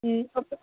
okay